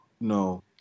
no